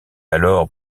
alors